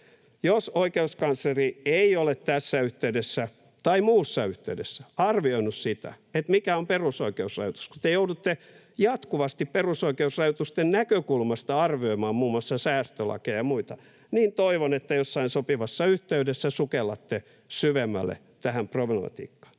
Jos oikeuskansleri ei ole tässä yhteydessä tai muussa yhteydessä arvioinut sitä, mikä on perusoikeusrajoitus, kun te joudutte jatkuvasti perusoikeusrajoitusten näkökulmasta arvioimaan muun muassa säästölakeja ja muita, niin toivon, että jossain sopivassa yhteydessä sukellatte syvemmälle tähän problematiikkaan.